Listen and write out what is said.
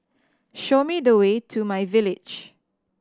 show me the way to myVillage